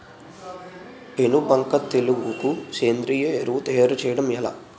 పేను బంక తెగులుకు సేంద్రీయ ఎరువు తయారు చేయడం ఎలా?